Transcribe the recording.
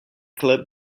club